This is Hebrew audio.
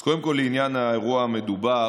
אז קודם כול, לעניין האירוע המדובר.